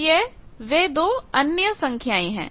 तो यह वह दो अन्य संख्याएं हैं